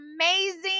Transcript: amazing